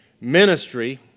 Ministry